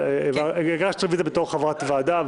אבל הגשת את זה בתור חברת ועדה,